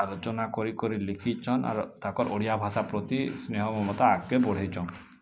ଆଲୋଚନା କରିକରି ଲେଖିଛନ୍ ଆର୍ ତାଙ୍କର୍ ଓଡ଼ିଆ ଭାଷା ପ୍ରତି ସ୍ନେହ ମମତା ଆଗ୍କେ ବଢ଼େଇଛନ୍